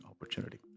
opportunity